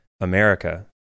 america